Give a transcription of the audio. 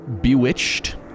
bewitched